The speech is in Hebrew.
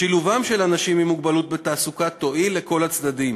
שילובם של אנשים עם מוגבלות בתעסוקה יועיל לכל הצדדים,